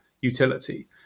utility